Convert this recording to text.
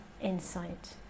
insight